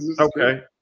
Okay